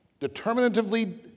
determinatively